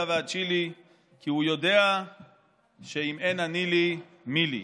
ועד צ'ילי / כי הוא יודע שאם אני לי מי לי".